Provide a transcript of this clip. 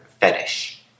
fetish